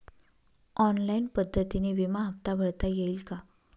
Online पद्धतीने विमा हफ्ता भरता येईल का?